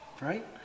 right